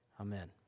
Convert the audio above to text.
Amen